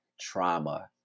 trauma